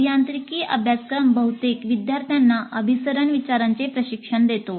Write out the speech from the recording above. अभियांत्रिकी अभ्यासक्रम बहुतेक विद्यार्थ्यांना अभिसरण विचारांचे प्रशिक्षण देतो